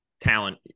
Talent